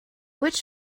which